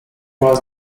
was